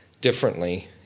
differently